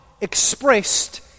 expressed